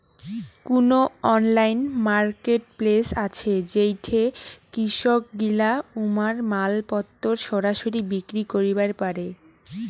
কুনো online marketplace আছে যেইঠে কৃষকগিলা উমার মালপত্তর সরাসরি বিক্রি করিবার পারে?